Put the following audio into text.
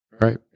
Right